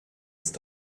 ist